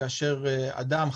כאשר אדם,